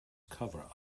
cover